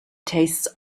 tastes